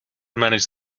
managed